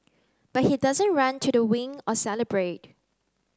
but he doesn't run to the wing or celebrate